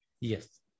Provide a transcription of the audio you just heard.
Yes